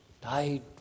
died